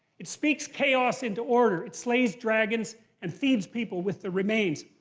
it speaks chaos into order. it slays dragons and feeds people with the remains.